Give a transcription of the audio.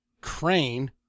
Crane